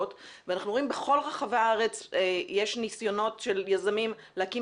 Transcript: ואנחנו רואים בכל רחבי הארץ שיש ניסיונות של יזמים להקים